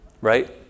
right